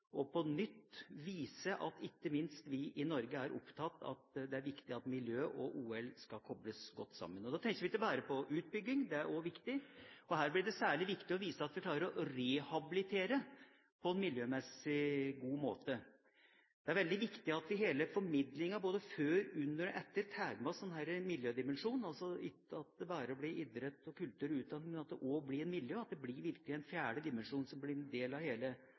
og på nytt vise at ikke minst vi i Norge er opptatt av at det er viktig at miljø og OL kobles sammen på en god måte. Da tenker vi ikke bare på utbygging – det er også viktig. Her blir det særlig viktig å vise at vi klarer å rehabilitere på en miljømessig god måte. Det er veldig viktig at vi i hele formidlingen både før, under og etter tar med oss miljødimensjonen, at det ikke bare blir idrett og kultur ut av det, men at det også blir miljø – at det virkelig blir en fjerde dimensjon, som blir en del av hele